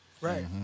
Right